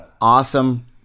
awesome